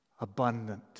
Abundant